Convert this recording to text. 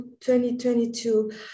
2022